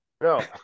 no